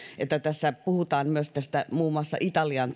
että tässä puhutaan myös muun muassa italian